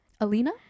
alina